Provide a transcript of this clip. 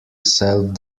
self